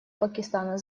пакистана